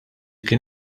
kien